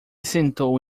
sentou